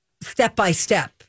step-by-step